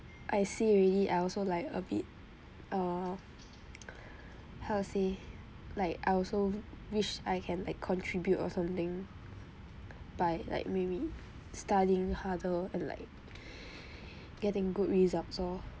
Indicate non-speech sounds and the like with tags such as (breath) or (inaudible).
I see already I also like a bit err how to say like I also wish I can like contribute or something by like maybe studying harder and like (breath) getting good results lor